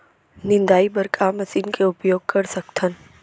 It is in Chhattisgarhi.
निंदाई बर का मशीन के उपयोग कर सकथन?